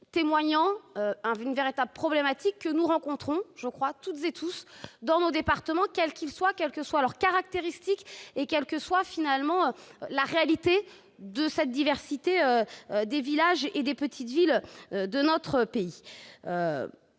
témoignant d'une véritable problématique que nous rencontrons toutes et tous dans nos départements, quels qu'ils soient, quelles que soient leurs caractéristiques, et quelle que soit la diversité des villages et des petites villes de notre pays.